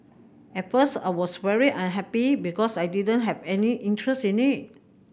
at first I was very unhappy because I didn't have any interest in it